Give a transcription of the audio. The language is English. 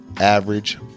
Average